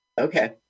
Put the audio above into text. Okay